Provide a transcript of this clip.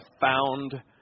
found